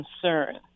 concern